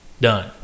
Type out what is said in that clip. Done